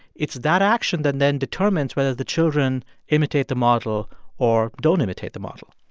it's that action that then determines whether the children imitate the model or don't imitate the model